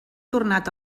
tornat